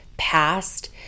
past